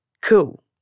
Cool